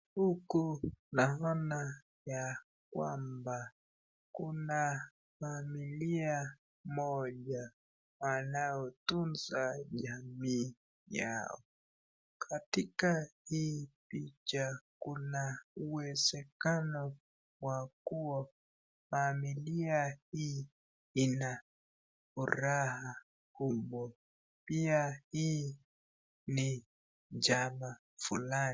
Huku naoana ya kwamba kuna familia moja wanaotunza jamii yao. Katika hii picha kuna uwezekano wa kuwa familia hii ina furaha humo. Pia hii ni jama fulani.